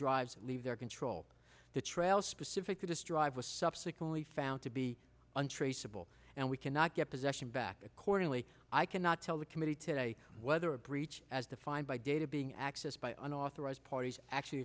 drives leave their control the trail specifically just drive was subsequently found to be untraceable and we cannot get possession back accordingly i cannot tell the committee today whether a breach as defined by data being accessed by unauthorized parties actually